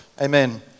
Amen